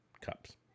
cups